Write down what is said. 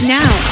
now